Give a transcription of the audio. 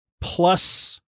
plus